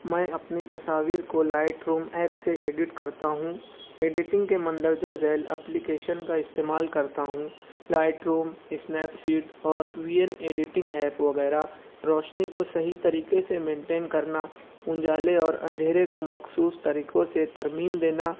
میں اپنی تصاویر کو لائٹ روم ایپ سے ایڈٹ کرتا ہوں ایڈیٹنگ کے مندرجہ ذیل اپلیکیشن کا استعمال کرتا ہوں لائٹ روم اسنیپ سیٹ اور وی این ایڈیٹنگ ایپ وغیرہ روشنی کو صحیح طریقے سے مینٹین کرنا اجالے اور اندھیرے کو مخصوص طریقوں سے ترمیم دینا